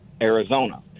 Arizona